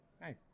nice